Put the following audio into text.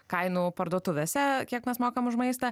kainų parduotuvėse kiek mes mokam už maistą